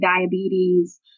diabetes